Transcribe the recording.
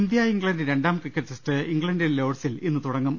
India England രണ്ടാം cricket test ഇംഗ്ലണ്ടിലെ ലോഡ്സിൽ ഇന്നു തുടങ്ങും